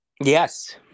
yes